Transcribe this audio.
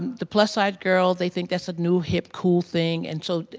the plus size girl they think that's a new hip, cool thing and so